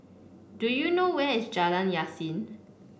do you know where is Jalan Yasin